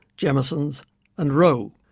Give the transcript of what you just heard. jameson and roe.